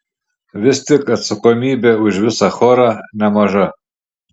vis tik atsakomybė už visą chorą nemaža